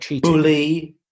bully